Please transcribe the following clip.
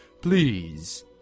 Please